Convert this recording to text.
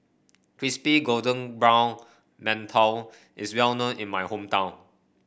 Crispy Golden Brown Mantou is well known in my hometown